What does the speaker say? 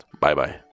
Bye-bye